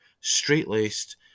straight-laced